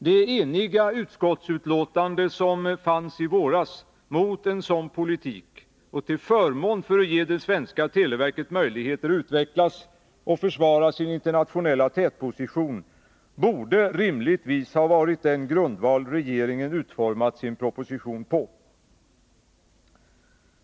Det eniga utskottsuttalande som fanns i våras mot en sådan politik och till förmån för att vi skulle ge det svenska televerket möjligheter att utvecklas och försvara sin internationella tätposition borde rimligtvis ha varit den grundval regeringen utformat sin proposition på.